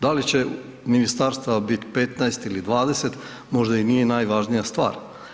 Da li će ministarstva bit 15 ili 20, možda i nije najvažnija stvar.